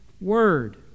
word